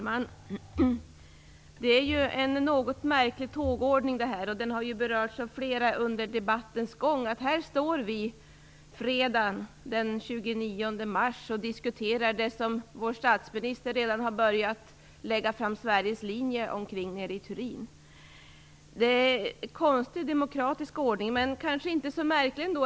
Herr talman! Det är en något märklig tågordning. Flera har under debattens gång berört att här står vi, fredag den 29 mars, och diskuterar det som vår statsminister redan har börjat lägga fram Sveriges linje kring nere i Turin. Det är en konstig demokratisk ordning, men det är kanske inte så märkligt.